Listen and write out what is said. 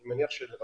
אני מניח שלרבים